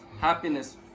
happiness